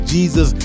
Jesus